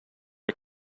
are